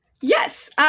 Yes